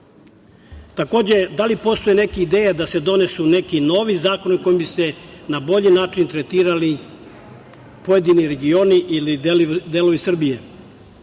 zemalja? Takođe, da li postoje neke ideje da se donesu neki novi zakoni kojima bi se na bolji način tretirali pojedini regioni ili delovi Srbije?